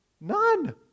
None